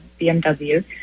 BMW